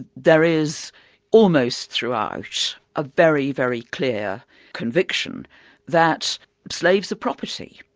there is almost throughout, a very, very clear conviction that slaves are property.